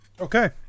Okay